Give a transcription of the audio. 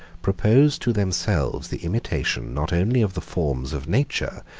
propose to themselves the imitation not only of the forms of nature,